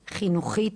חינוכית,